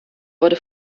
wurde